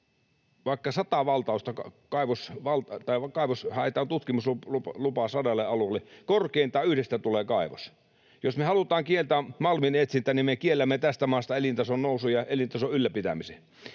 vaikka sata valtausta tai haetaan tutkimuslupaa sadalle alueelle, korkeintaan yhdestä tulee kaivos. Jos me halutaan kieltää malmin etsintä, niin me kiellämme tästä maasta elintason nousun ja elintason ylläpitämisen.